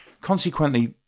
consequently